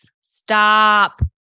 Stop